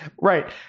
Right